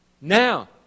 Now